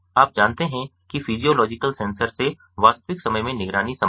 आप जानते हैं कि फिजियोलॉजिकल सेंसर से वास्तविक समय में निगरानी संभव है